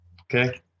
Okay